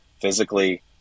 physically